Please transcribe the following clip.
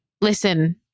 listen